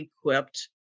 equipped